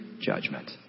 judgment